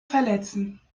verletzen